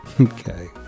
okay